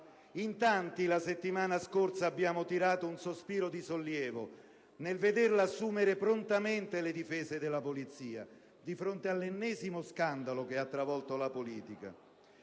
In tanti la settimana scorsa abbiamo tirato un sospiro di sollievo nel vederla assumere prontamente le difese della Polizia di fronte all'ennesimo scandalo che ha travolto la politica.